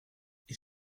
ils